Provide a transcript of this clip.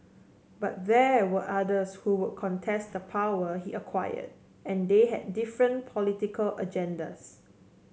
but there were others who would contest the power he acquired and they had different political agendas